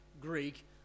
Greek